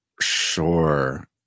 Sure